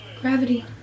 gravity